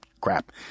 crap